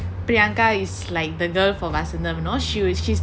priyanka is like the girl for vasantham you know she